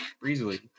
breezily